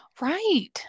Right